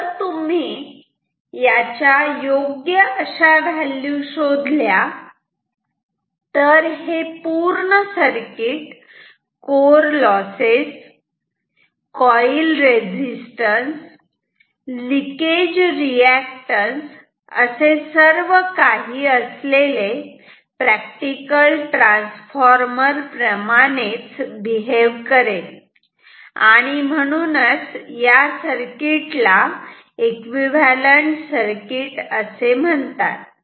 जर तुम्ही याच्या योग्य अशा व्हॅल्यू शोधल्या तर हे पूर्ण circuit core losses coil resistance leakage reactance असे सर्व काही असलेले प्रॅक्टिकल ट्रान्सफॉर्मर प्रमाणेच बीहेव करेल आणि म्हणूनच या सर्किटला एकविव्हॅलंट सर्किट असे म्हणतात